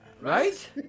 right